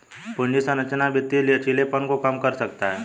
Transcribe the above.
पूंजी संरचना वित्तीय लचीलेपन को कम कर सकता है